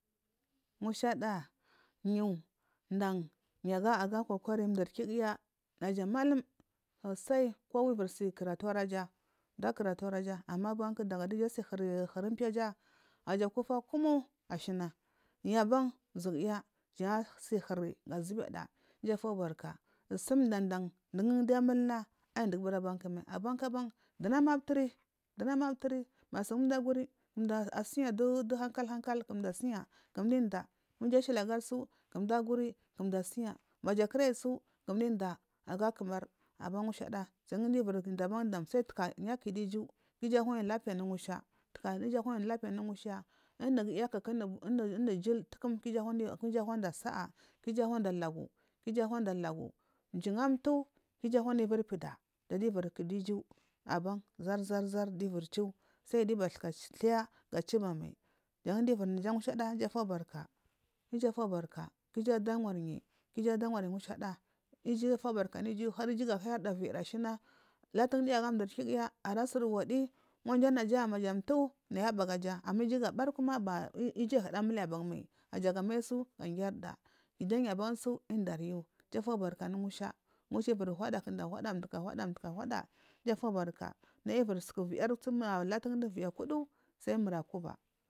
Musha da a yu dan yu aja kokari duri kiguya naja mallum sosai kowa viri si karatu araja duwu akaratu araja amma abakudaga da dija asi huri umpiyaja naja aku fa kumu ashiya yu aban zuguya jan asi hiri ga zibeda uju fubaka sum dan dan dugudiya amulna ayi dugu aburi abarku mai abarku aban dowuna ma aturi masun duwo akuri duwo asi ya dowo hankal hankal siya gada udiya ma uju asuli, agaisu gam dowu asiya majakura yisu kamdowu udiya aga kumara ban mushada jan dowu uviridiya abankudam gadowu askidu uju ga uju ahuyi lapiya anu musha taka uju anai lapiya anu musha unuguya kaka unu jul ga uju ana saa ga uju anada lagu juwo atuwo ga uju ahuda u, virpida jan duyu uvi kidowu uju aban za zadowu yu uvirjuwo sai dowuyu abatuka tiya ga juwobamai jan duyu uvirinuja mu shadda uju afubarka uju a fubarka ga ujuwo ada wayi ga uju adar wayi mushadaa uju afubar ka anu uju har uju ga kayarda viri a shiya latun diya aga duri kiguya ara siri wachyi wajana ja ma. a tuwo naya abuwo agaja naja ga mai su ga kyarda kuja gu abanku su uju afubarku anu musha musha uvir huda duku ahuda duku ahuda uju afubarka naya uviri suku vijirisu satun dowu viji akudu sai mura kuba